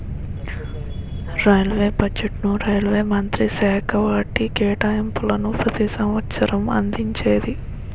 railway బడ్జెట్ను railway మంత్రిత్వశాఖ వాటి కేటాయింపులను ప్రతి సంవసరం అందించేది